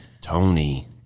Tony